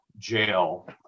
jail